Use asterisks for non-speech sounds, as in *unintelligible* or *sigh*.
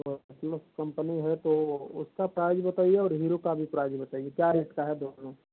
*unintelligible* company है तो उसका प्राइज़ बताइए और हेरी का भी प्राइज़ बताइए क्या रेट का है दोनों